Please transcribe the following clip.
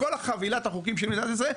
מכל חבילת החוקים של מדינת ישאל,